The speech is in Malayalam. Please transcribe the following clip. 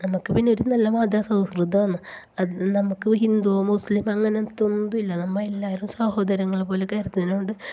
നമ്മൾക്ക് പിന്നെ ഒരു നല്ല മതസൗഹൃദം ആണ് നമ്മൾക്ക് ഹിന്ദുവോ മുസ്ലീമോ അങ്ങനത്തെ ഒന്നും ഇല്ല നമ്മ എല്ലാവരേയും സഹോദരങ്ങളെ പോലെ കരുതണോണ്ട്